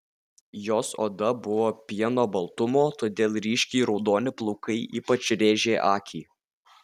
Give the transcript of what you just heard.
jos oda buvo pieno baltumo todėl ryškiai raudoni plaukai ypač rėžė akį